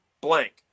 blank